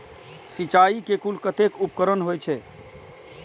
सिंचाई के कुल कतेक उपकरण होई छै?